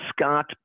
Scott